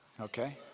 Okay